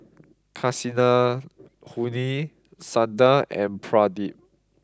Kasinadhuni Santha and Pradip